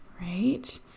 right